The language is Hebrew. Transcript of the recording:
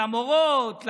למורות,